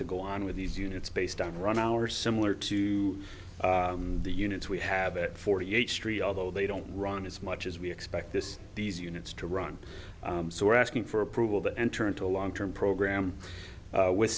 to go on with these units based on right now or similar to the units we have it forty eight street although they don't run as much as we expect this these units to run so we're asking for approval to enter into a long term program with